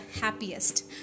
happiest